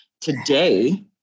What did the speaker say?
today